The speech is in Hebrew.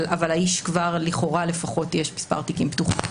אבל לאיש יש לכאורה כבר מספר תיקים פתוחים,